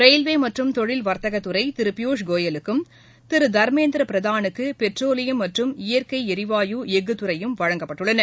railway மற்றும் தொழில் வர்த்தகத்துறை திரு பியூஷ் கோயலுக்கும் திரு தர்மேந்திர பிரதானுக்கு பெட்ரோலியம் மற்றும் இயற்கை எரிவாயு எஃகு துறையும் வழங்கப்பட்டுள்ளன